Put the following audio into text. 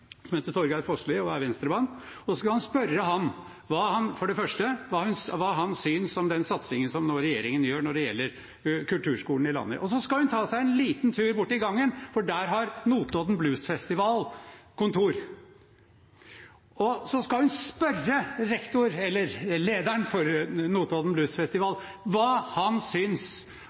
heter Torgeir Fossli og er Venstre-mann, og så skal hun spørre ham for det første hva han synes om den satsingen som regjeringen nå gjør når det gjelder kulturskolene i landet. Og så skal hun ta seg en liten tur borti gangen, for der har Notodden Blues Festival kontor. Så skal hun spørre rektor, eller lederen for Notodden Blues Festival, hva han